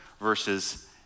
versus